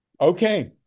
Okay